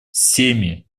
семьи